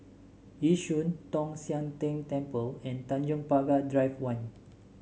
Yishun Tong Sian Tng Temple and Tanjong Pagar Drive One